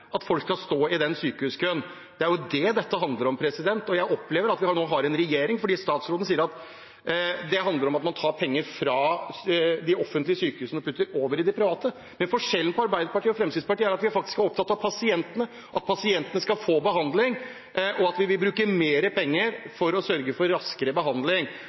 at folk skal stå i den sykehuskøen. Det er jo det dette handler om. Jeg opplever at statsråden nå sier at det handler om å ta penger fra de offentlige sykehusene og over i det private, men forskjellen på Arbeiderpartiet og Fremskrittspartiet er at vi er opptatt av pasientene, at pasientene skal få behandling, og at vi vil bruke mer penger for å sørge for raskere behandling.